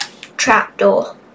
trapdoor